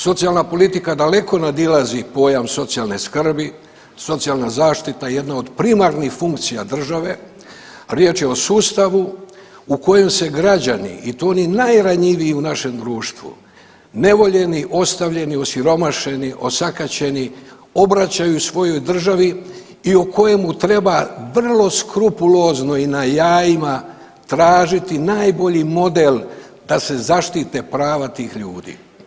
Socijalna politika daleko nadilazi pojam socijalne skrbi, socijalna zaštita jedna od primarnih funkcija države, riječ je o sustavu u kojem se građani i to oni najranjiviji u našem društvu nevoljeni, ostavljeni, osiromašeni, osakaćeni obraćaju svojoj državi i o kojemu treba vrlo skrupulozno i na jajima tražiti najbolji model da se zaštite prava tih ljudi.